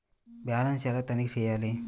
Balance ఎలా తనిఖీ చేయాలి?